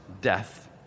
death